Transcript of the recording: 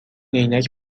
عینک